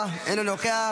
אינו נוכח,